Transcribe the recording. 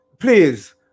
please